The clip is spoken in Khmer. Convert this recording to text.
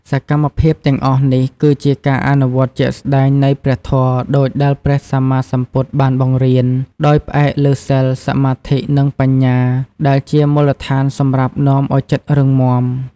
សកម្មភាពទាំងអស់នេះ គឺជាការអនុវត្តជាក់ស្ដែងនៃព្រះធម៌ដូចដែលព្រះសម្មាសម្ពុទ្ធបានបង្រៀន ដោយផ្អែកលើសីល សមាធិ និងបញ្ញា ដែលជាមូលដ្ឋានសម្រាប់នាំឲ្យចិត្តរឹងមាំ។